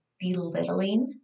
belittling